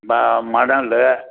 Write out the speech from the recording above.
ம மணல்